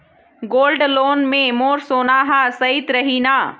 Gold loan मे मोर सोना हा सइत रही न?